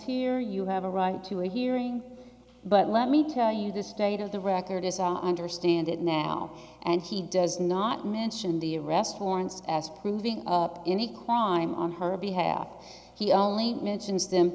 here you have a right to a hearing but let me tell you the state of the record is on understand it now and he does not mention the arrest warrants proving in equine on her behalf he only mentions them